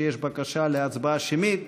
שיש בקשה להצבעה שמית,